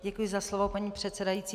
Děkuji za slovo, paní předsedající.